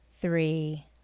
three